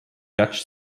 dutch